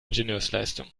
ingenieursleistung